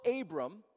Abram